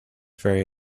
very